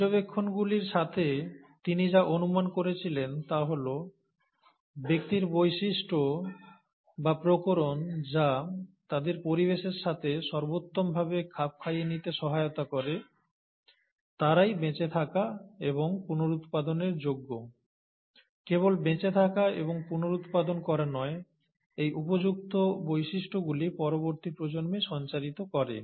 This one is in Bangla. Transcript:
পর্যবেক্ষণগুলির সাথে তিনি যা অনুমান করেছিলেন তা হল ব্যক্তির বৈশিষ্ট্য বা প্রকরণ যা তাদের পরিবেশের সাথে সর্বোত্তমভাবে খাপ খাইয়ে নিতে সহায়তা করে তারাই বেঁচে থাকা এবং পুনরুৎপাদনের যোগ্য কেবল বেঁচে থাকা এবং পুনরুৎপাদন করা নয় এই উপযুক্ত বৈশিষ্ট্যগুলি পরবর্তী প্রজন্মে সঞ্চারিত করে